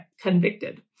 convicted